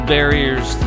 Barriers